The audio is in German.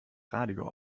radio